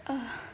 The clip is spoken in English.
uhh